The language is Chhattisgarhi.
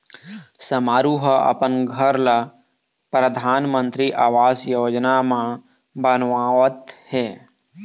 समारू ह अपन घर ल परधानमंतरी आवास योजना म बनवावत हे